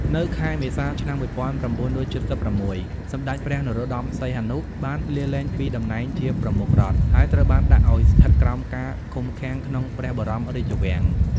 នៅខែមេសា ឆ្នាំ១៩៧៦ សម្ដេចព្រះ នរោត្តម សីហនុ បានលាលែងពីតំណែងជាប្រមុខរដ្ឋ ហើយត្រូវបានដាក់ឱ្យស្ថិតក្រោមការឃុំឃាំងក្នុងព្រះបរមរាជវាំង។